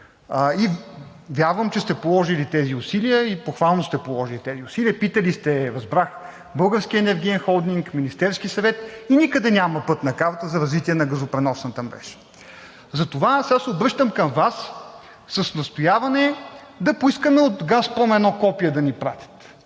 Вярвам, че сте положили тези усилия, и похвално сте положили тези усилия, питали сте, разбрах, Българския енергиен холдинг, Министерския съвет, и никъде няма Пътна карта за развитие на газопреносната мрежа. Затова се обръщам към Вас с настояване да поискаме от „Газпром“ едно копие да ни пратят,